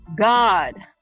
God